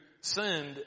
sinned